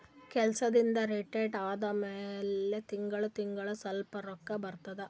ಕೆಲ್ಸದಿಂದ್ retire ಆದಮ್ಯಾಲ ತಿಂಗಳಾ ತಿಂಗಳಾ ಸ್ವಲ್ಪ ರೊಕ್ಕಾ ಬರ್ತಾವ